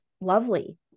lovely